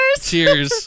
cheers